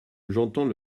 j’entends